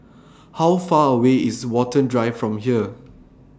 How Far away IS Watten Drive from here